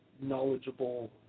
knowledgeable